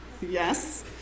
yes